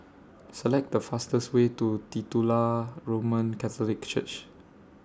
Select The fastest Way to Titular Roman Catholic Church